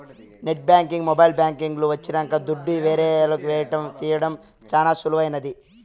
net banking mobile banking లు వచ్చినంక దుడ్డు ఏరే వాళ్లకి ఏయడం తీయడం చానా సులువైంది